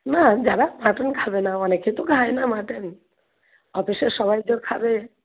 না যারা মাটন খাবে না অনেকে তো খায় না মাটন অফিসের সবাই যে খাবে